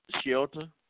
shelter